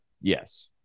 yes